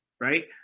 right